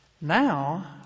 Now